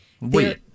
Wait